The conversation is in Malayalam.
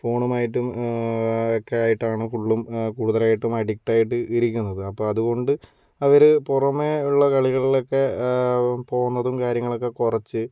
ഫോണുമായിട്ടും ഒക്കെ ആയിട്ടാണ് ഫുള്ളും കൂടുതലായിട്ടും അഡിക്റ്റ് ആയിട്ട് ഇരിക്കുന്നത് അപ്പോൾ അതുകൊണ്ട് അവര് പുറമേ ഉള്ള കളികളിലൊക്കെ പോകുന്നതും കാര്യങ്ങളൊക്കെ കുറച്ച്